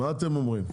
מה אתם אומרים?